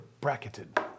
bracketed